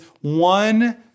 one